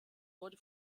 wurde